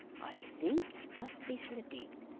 i think he must be slipping,